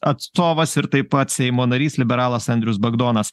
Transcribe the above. atstovas ir taip pat seimo narys liberalas andrius bagdonas